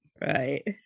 Right